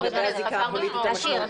להוציא, להשאיר?